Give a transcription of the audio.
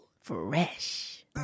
Fresh